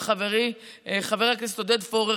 עם חברי חבר הכנסת עודד פורר,